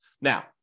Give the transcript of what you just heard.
Now